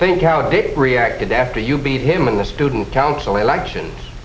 think how they reacted after you beat him in the student council elections